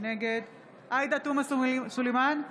נגד עאידה תומא סלימאן,